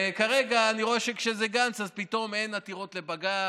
וכרגע אני רואה שכשזה גנץ פתאום אין עתירות לבג"ץ,